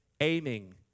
aiming